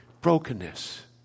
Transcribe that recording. brokenness